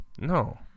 No